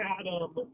Adam